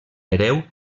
hereu